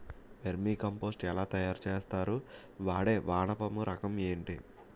Vermi compost ఎలా తయారు చేస్తారు? వాడే వానపము రకం ఏంటి?